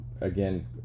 again